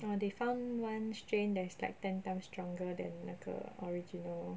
oh they found one strain that's like ten times stronger than 那个 original